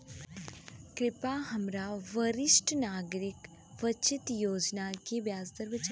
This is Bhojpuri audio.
कृपया हमरा वरिष्ठ नागरिक बचत योजना के ब्याज दर बताइं